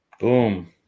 Boom